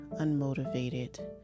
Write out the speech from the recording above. unmotivated